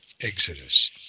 Exodus